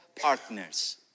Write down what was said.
partners